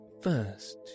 first